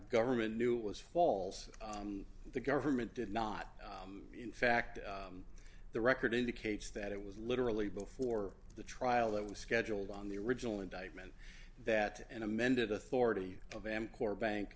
government knew it was false the government did not in fact the record indicates that it was literally before the trial that was scheduled on the original indictment that an amended authority of amcor bank